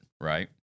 right